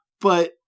But-